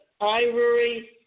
Ivory